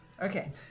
Okay